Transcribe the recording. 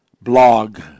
blog